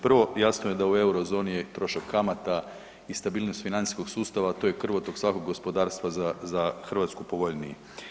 Prvo, jasno je da u Eurozoni je trošak kamata i stabilnost financijskog sustava, to je krvotok svakog gospodarstva za, za Hrvatsku povoljniji.